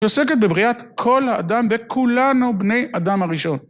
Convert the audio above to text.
שעוסקת בבריאת כל האדם וכולנו בני אדם הראשון.